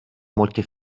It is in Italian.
molte